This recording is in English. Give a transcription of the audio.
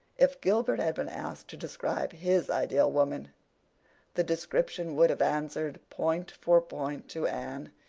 if gilbert had been asked to describe his ideal woman the description would have answered point for point to anne,